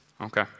Okay